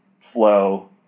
flow